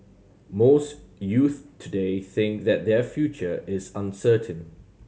most youths today think that their future is uncertain